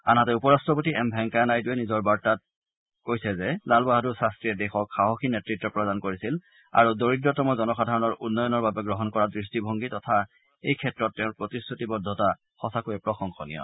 আনহাতে উপ ৰাট্টপতি এম ভেংকায়া নাইডুৱে নিজৰ বাৰ্তাত এইবুলি কৈছে যে লাল বাহাদুৰ শাস্ত্ৰীয়ে দেশক সাহসী নেতৃত্ব প্ৰদান কৰিছিল আৰু দৰিদ্ৰতম জনসাধাৰণৰ উন্নয়নৰ বাবে গ্ৰহণ কৰা দৃষ্টিভংগী তথা এই ক্ষেত্ৰত তেওঁৰ প্ৰতিশ্ৰুতিবদ্ধতা সঁচাকৈয়ে প্ৰশংসনীয়